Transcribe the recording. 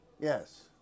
Yes